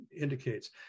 indicates